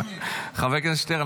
חבר הכנסת שטרן,